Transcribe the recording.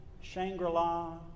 Shangri-La